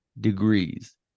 degrees